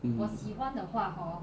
mm